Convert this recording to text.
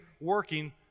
working